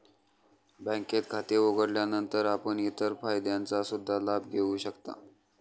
बँकेत खाते उघडल्यानंतर आपण इतर फायद्यांचा सुद्धा लाभ घेऊ शकता